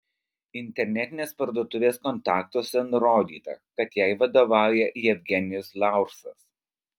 internetinės parduotuvės kontaktuose nurodyta kad jai vadovauja jevgenijus laursas